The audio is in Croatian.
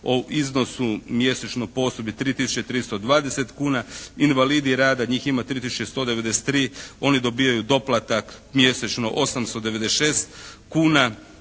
u iznosu mjesečno po osobi 3 tisuće 320 kuna. Invalidi rada, njih ima 3 tisuće 193. Oni dobijaju doplatak mjesečno 896 kuna.